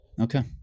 Okay